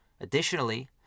Additionally